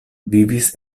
vivis